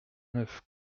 neuf